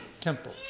temple